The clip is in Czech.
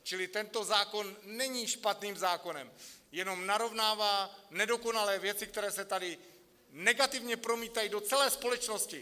Čili tento zákon není špatným zákonem, jen narovnává nedokonalé věci, které se tady negativně promítají do celé společnosti.